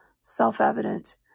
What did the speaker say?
self-evident